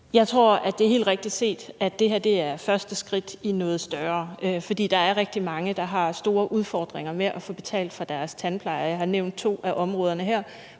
Jeg tror, at det er helt rigtigt set, at det her er første skridt i noget større, for der er rigtig mange, der har store udfordringer med at få betalt for deres tandpleje. Jeg har nævnt to af områderne her,